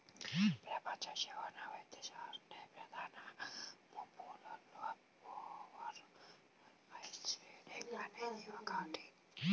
ప్రపంచ జీవవైవిధ్యానికి ప్రధాన ముప్పులలో ఓవర్ హార్వెస్టింగ్ అనేది ఒకటి